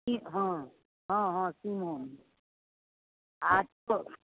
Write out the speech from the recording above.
हँ हँ हँ सिमो आ